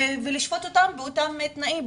ולשפוט אותם באותם תנאים,